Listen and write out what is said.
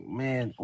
man